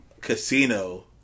casino